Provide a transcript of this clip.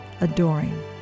adoring